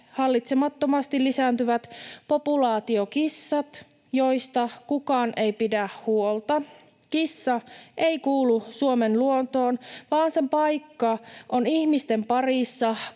hallitsemattomasti lisääntyvät populaatiokissat, joista kukaan ei pidä huolta. Kissa ei kuulu Suomen luontoon, vaan sen paikka on ihmisten parissa